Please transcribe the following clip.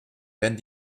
werden